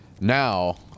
now